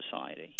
society